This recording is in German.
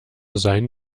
sein